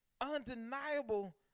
undeniable